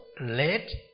let